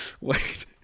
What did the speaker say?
Wait